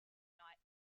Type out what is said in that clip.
night